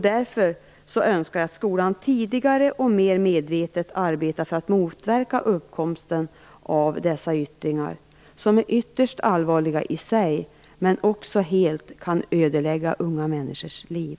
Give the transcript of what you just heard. Därför önskar jag att skolan tidigare och mer medvetet arbetar för att motverka uppkomsten av dessa yttringar, som är ytterst allvarliga i sig och som helt kan ödelägga unga människors liv.